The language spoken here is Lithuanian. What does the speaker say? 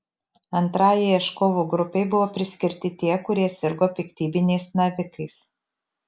antrajai ieškovų grupei buvo priskirti tie kurie sirgo piktybiniais navikais